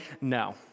no